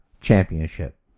Championship